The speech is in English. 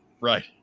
Right